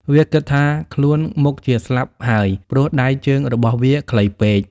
វាគិតថាខ្លួនមុខជាស្លាប់ហើយ ព្រោះដៃជើងរបស់វាខ្លីពេក។